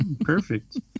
perfect